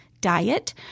diet